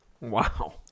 Wow